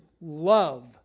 love